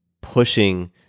pushing